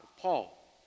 Paul